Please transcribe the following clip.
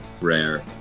Rare